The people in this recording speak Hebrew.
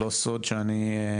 לא סוד שאני,